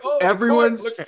everyone's